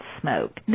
smoke